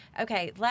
Okay